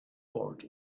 port